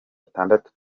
atandatu